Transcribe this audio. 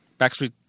Backstreet